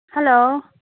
hello